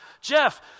Jeff